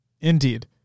indeed